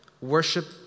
worship